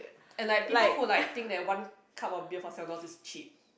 and like people who like think that one cup of beer for seven dollars is cheap